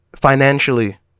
financially